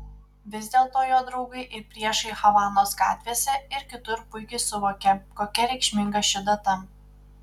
vis dėlto jo draugai ir priešai havanos gatvėse ir kitur puikiai suvokia kokia reikšminga ši data